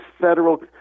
federal